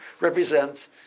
represents